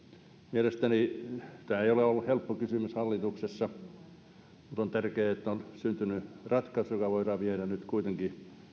mielestäni tämä ei ole ollut helppo kysymys hallituksessa mutta on tärkeää että on syntynyt ratkaisu jota voidaan viedä nyt kuitenkin